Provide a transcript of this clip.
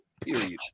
Period